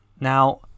now